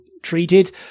treated